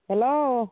hello